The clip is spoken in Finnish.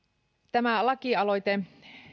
tämä lakialoite